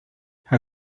how